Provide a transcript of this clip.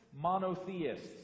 monotheists